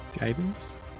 Guidance